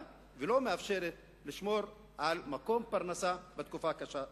ולא מאפשרת לשמור על מקום פרנסה בתקופה הקשה הזאת.